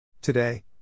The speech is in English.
Today